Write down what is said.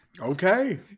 Okay